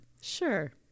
Sure